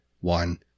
one